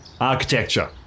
Architecture